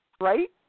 Right